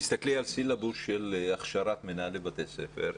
תסתכלי על סילבוס של הכשרת מנהלי בתי ספר.